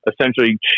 essentially